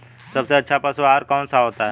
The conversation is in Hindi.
सबसे अच्छा पशु आहार कौन सा होता है?